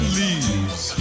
leaves